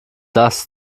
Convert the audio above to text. das